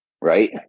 right